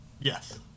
Yes